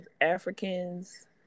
Africans